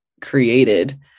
created